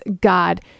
god